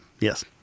Yes